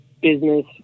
business